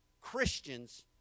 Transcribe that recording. Christians